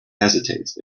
hesitates